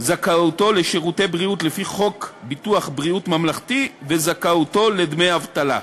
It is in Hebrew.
זכאותו לשירותי בריאות לפי חוק ביטוח בריאות ממלכתי וזכאותו לדמי אבטלה.